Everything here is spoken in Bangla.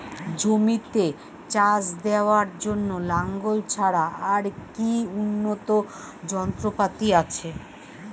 জমিতে চাষ দেওয়ার জন্য লাঙ্গল ছাড়া আর কি উন্নত যন্ত্রপাতি আছে?